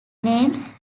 names